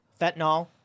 Fentanyl